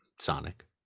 Sonic